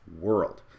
world